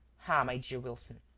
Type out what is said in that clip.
ah, my dear wilson,